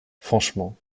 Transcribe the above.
franchement